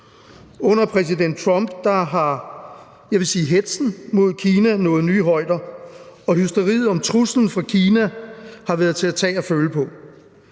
Under præsident Trump har, jeg vil sige hetzen mod Kina nået nye højder, og hysteriet om truslen fra Kina har været til at tage og føle på,